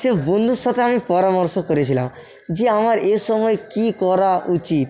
সে বন্ধুর সাথে আমি পরামর্শ করেছিলাম যে আমার এ সময় কী করা উচিত